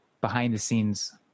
behind-the-scenes